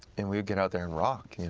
and we would get out there and rock.